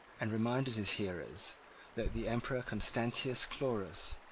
and reminded his hearers that the emperor constantius chlorus,